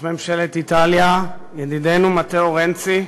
ראש ממשלת איטליה, ידידנו מתאו רנצי,